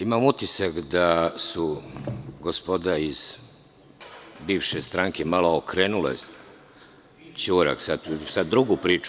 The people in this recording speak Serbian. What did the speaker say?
Imam utisak da su gospoda iz bivše stranke malo okrenuli ćurak na drugu priču.